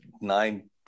nine